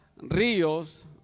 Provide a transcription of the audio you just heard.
ríos